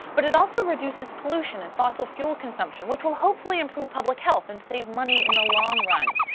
but it also reduces pollution and fossil fuel consumption, which will hopefully improve public health and save money in the long run.